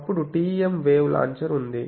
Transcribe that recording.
అప్పుడు TEM wave launcher ఉంది